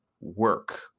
work